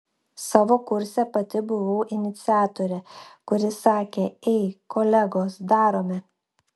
savo kurse pati buvau iniciatorė kuri sakė ei kolegos darome